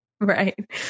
Right